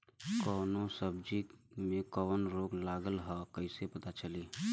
कौनो सब्ज़ी में कवन रोग लागल ह कईसे पता चली?